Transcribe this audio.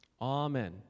Amen